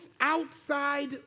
outside